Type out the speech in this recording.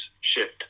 shift